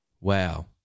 Wow